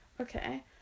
Okay